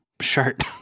shirt